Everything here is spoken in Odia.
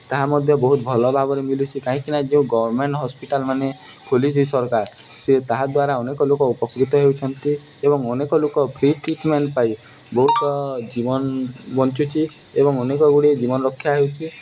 ତାହା ମଧ୍ୟ ବହୁତ ଭଲ ଭାବରେ ମିଲୁଛିି କାହିଁକିନା ଯେଉଁ ଗଭର୍ଣ୍ଣମେଣ୍ଟ୍ ହସ୍ପିଟାଲ୍ମାନେ ଖୋଲିଛି ସରକାର ସେ ତାହା ଦ୍ୱାରା ଅନେକ ଲୋକ ଉପକୃତ ହେଉଛନ୍ତି ଏବଂ ଅନେକ ଲୋକ ଫ୍ରି ଟ୍ରିଟ୍ମେଣ୍ଟ୍ ପାଇ ବହୁତ ଜୀବନ ବଞ୍ଚୁଛି ଏବଂ ଅନେକ ଗୁଡ଼ିଏ ଜୀବନ ରକ୍ଷା ହେଉଛି